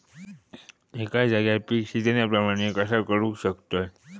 एका जाग्यार पीक सिजना प्रमाणे कसा करुक शकतय?